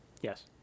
yes